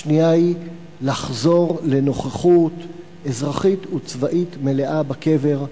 השנייה היא לחזור לנוכחות אזרחית וצבאית מלאה בקבר,